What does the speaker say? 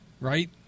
Right